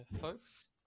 folks